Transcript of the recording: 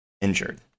injured